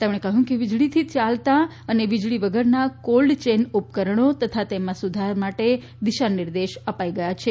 તેમણે કહયું કે વીજળીથી યાલતા અને વીજળી વગરના કોલ્ડ ચેન ઉપકરણો તથા તેમાં સુધાર માટે દિશાનિર્દેશ અપાઇ ગયા છે